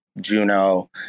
Juno